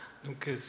Donc